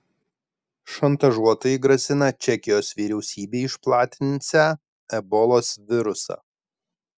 šantažuotojai grasina čekijos vyriausybei išplatinsią ebolos virusą